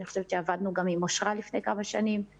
אני חושבת שעבדנו גם עם אושרה לפני כמה שנים,